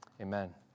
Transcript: Amen